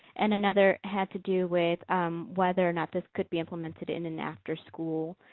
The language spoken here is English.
and another had to do with whether or not this could be implemented in an after-school